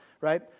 right